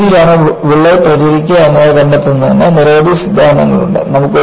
ഏത് രീതിയിലാണ് വിള്ളൽ പ്രചരിപ്പിക്കുക എന്ന കണ്ടെത്തുന്നതിനു നിരവധി സിദ്ധാന്തങ്ങളുണ്ട്